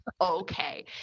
okay